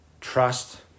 Trust